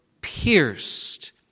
pierced